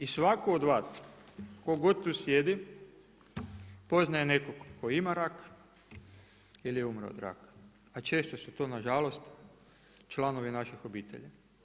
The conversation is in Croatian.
I svatko od vas tko god tu sjedi poznaje nekog tko ima rak ili je umro od raka, a često su to na žalost članovi naših obitelji.